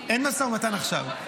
אין משא ומתן עכשיו.